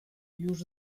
już